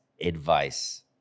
advice